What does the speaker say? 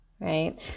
right